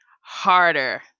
harder